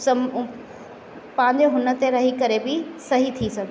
सम उहो पंहिंजे हुन ते रही करे बि सही थी सघंदो